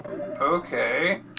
Okay